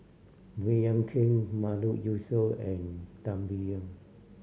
Baey Yam Keng Mahmood Yusof and Tan Biyun